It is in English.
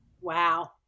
Wow